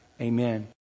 Amen